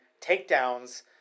takedowns